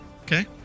Okay